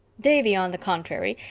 davy, on the contrary,